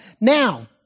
Now